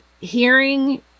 hearing